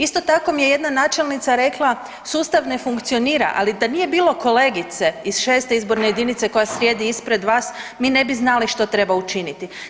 Isto tako mi je jedna načelnica rekla sustav ne funkcionira, ali da nije bilo kolegice iz 6.izborne jedinice koja sjedi ispred vas, mi ne bi znali što treba učiniti.